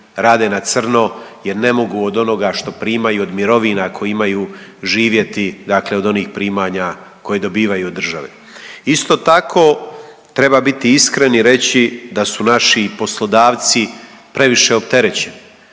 rade na crno jer ne mogu od onoga što primaju od mirovina koje imaju živjeti, dakle od onih primanja koje dobivaju od države. Isto tako treba biti iskren i reći da su naši poslodavci previše opterećeni